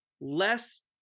less